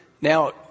Now